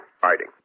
fighting